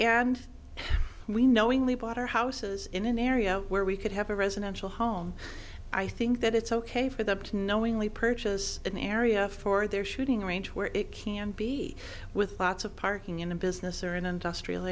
and we knowingly bought our houses in an area where we could have a residential home i think that it's ok for them to knowingly purchase an area for their shooting range where it can be with lots of parking in a business or an industrial